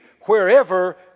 wherever